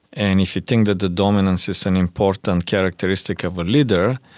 and if you think that the dominance is an important characteristic of a leader,